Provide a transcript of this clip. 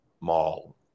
mall